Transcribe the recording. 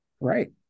Right